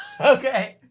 Okay